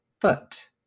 But-